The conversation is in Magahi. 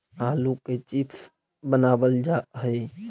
आलू के चिप्स बनावल जा हइ